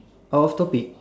out of topic